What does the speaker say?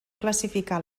classificar